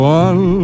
one